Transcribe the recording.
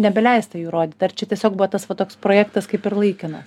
nebeleista jų rodyt ar čia tiesiog buvo tas va toks projektas kaip ir laikinas